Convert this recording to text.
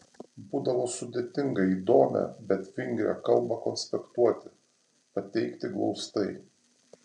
būdavo sudėtinga įdomią bet vingrią kalbą konspektuoti pateikti glaustai